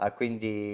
quindi